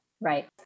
right